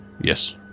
Yes